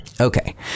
Okay